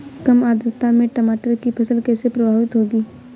कम आर्द्रता में टमाटर की फसल कैसे प्रभावित होगी?